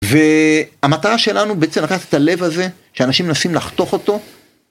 והמטרה שלנו בעצם לקחת את הלב הזה שאנשים מנסים לחתוך אותו